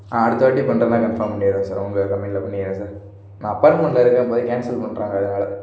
ஆ அடுத்த வாட்டி பண்ணுறதுனா கன்ஃபார்ம் பண்ணிடுறேன் சார் உங்கள் கம்பெனியில் பண்ணிடுறேன் சார் நான் அப்பார்ட்மெண்ட்டில் இருக்கேன் இது மாதிரி கேன்சல் பண்ணுறாங்க அதனால்